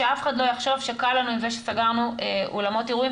שאף אחד לא יחשוב שקל לנו עם זה שסגרנו אולמות אירועים,